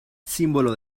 símbolo